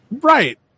Right